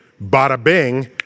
bada-bing